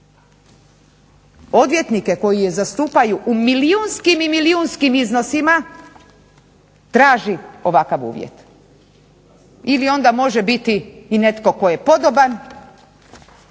odvjetnike koji je zastupaju u milijunskim i milijunskim iznosima traži ovakav uvjet ili onda može biti i netko tko je podoban